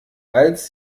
als